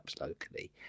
locally